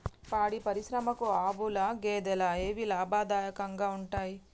పాడి పరిశ్రమకు ఆవుల, గేదెల ఏవి లాభదాయకంగా ఉంటయ్?